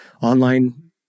online